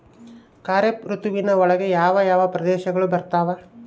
ಖಾರೇಫ್ ಋತುವಿನ ಒಳಗೆ ಯಾವ ಯಾವ ಪ್ರದೇಶಗಳು ಬರ್ತಾವ?